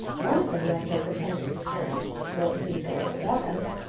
one of them left her companions and, going to the door of the doghouse,